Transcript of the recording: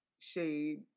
shade